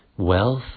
Wealth